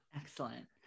excellent